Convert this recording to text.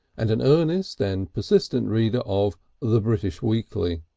and an earnest and persistent reader of the british weekly.